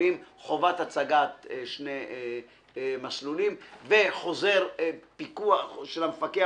מסלולים חובת הצגת שני מסלולים, וחוזר של המפקח